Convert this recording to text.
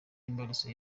imbarutso